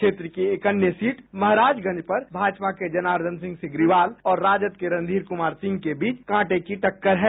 क्षेत्र की एक अन्य सीट महराजगंज पर भाजपा के जनार्दन सिंह सिग्रीवाल और राजद के रणधीर कुमार सिंह के बीच कांटे की टक्कर है